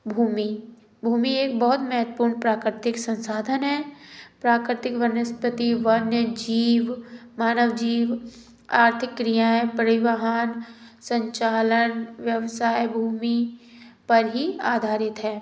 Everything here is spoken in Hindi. भूमि भूमि एक बहुत महत्वपूर्ण प्राकृतिक संसाधन है प्राकृतिक वनस्पत्ति वन्य जीव मानव जीव आर्थिक क्रियाएं परिवहन संचालन व्यवसाय भूमि पर ही आधारित है